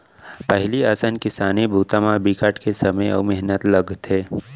पहिली असन किसानी बूता म बिकट के समे अउ मेहनत लगथे